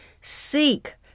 seek